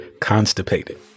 constipated